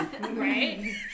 right